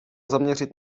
zaměřit